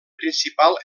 principal